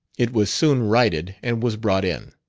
it was soon righted and was brought in.